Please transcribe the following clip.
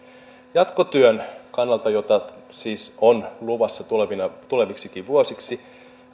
jatkotyön kannalta jota siis on luvassa tuleviksikin vuosiksi